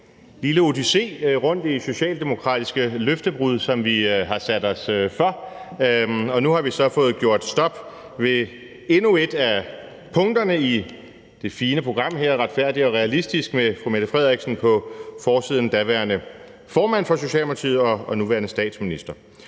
lille odyssé rundt i socialdemokratiske løftebrud, som vi har sat os for, og nu har vi så fået gjort stop ved endnu et af punkterne i det fine program her, »Retfærdig og realistisk«, med fru Mette Frederiksen på forsiden, daværende formand for Socialdemokratiet og nuværende statsminister.